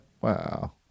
Wow